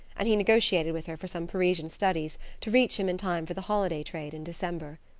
and he negotiated with her for some parisian studies to reach him in time for the holiday trade in december.